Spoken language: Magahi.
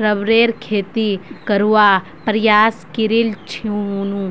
रबरेर खेती करवार प्रयास करील छिनु